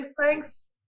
thanks